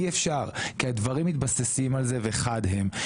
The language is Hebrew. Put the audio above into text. אי אפשר כי הדברים מתבססים על זה וחד הם.